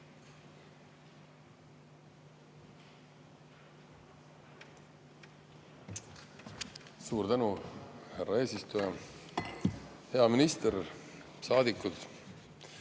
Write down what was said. Suur tänu, härra eesistuja! Hea minister! Saadikud!